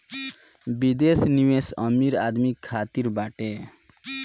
विदेश निवेश अमीर आदमी खातिर बाटे